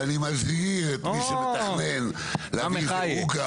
ואני מזהיר את מי שמתכנן להביא איזה עוגה